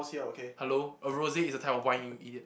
hello a rose is a type of wine you idiot